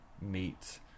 meet